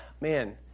man